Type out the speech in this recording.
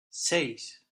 seis